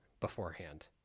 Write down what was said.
beforehand